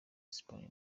espagne